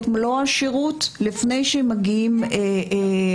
את מלוא השירות, לפני שהם מגיעים לישראל.